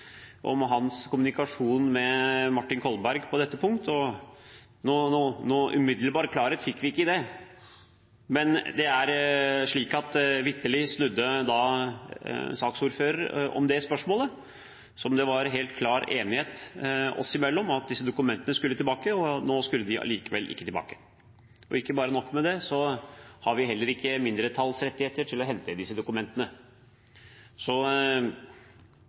om hans kommunikasjon med Martin Kolberg på dette punkt, og noen umiddelbar klarhet fikk vi ikke i det. Men det er slik at saksordfører vitterlig snudde i det spørsmålet, der det oss imellom var helt klar enighet om at disse dokumentene skulle tilbake – og nå skulle de allikevel ikke tilbake. Ikke nok med det, vi har heller ikke mindretallsrettigheter til å hente disse dokumentene. Så